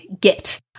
get